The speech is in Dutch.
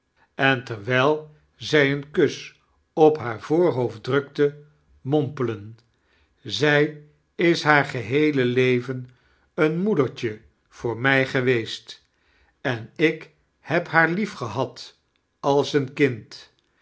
en terwijl zij een kus op haar voorhoofd drukte mompelen zij is haar geheele leven een moedertje voor mij geweest en ik heb haar liefgehad als een kind